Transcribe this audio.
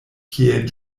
kiel